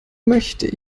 möchte